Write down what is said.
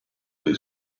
dei